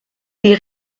die